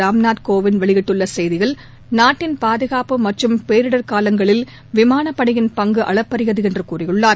ராம்நாத் கோவிந்த் வெளியிட்டுள்ள செய்தியில் நாட்டின் பாதுகாப்பு மற்றம் பேரிடர் காலங்களில் விமானப்படையின் பங்கு அளப்பறியது என்று கூறியுள்ளார்